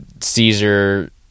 Caesar